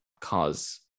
cause